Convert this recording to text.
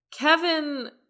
Kevin